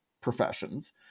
professions